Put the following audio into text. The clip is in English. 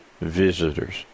visitors